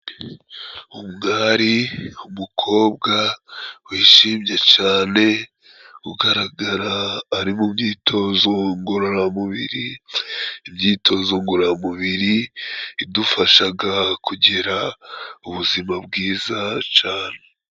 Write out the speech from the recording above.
Ubwo ari umukobwa wishimye cane ugaragara ari mu myitozo ngororamubiri, imyitozo ngororamubiri idufashaga kugira ubuzima bwiza cane.